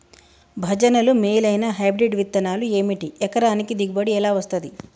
భజనలు మేలైనా హైబ్రిడ్ విత్తనాలు ఏమిటి? ఎకరానికి దిగుబడి ఎలా వస్తది?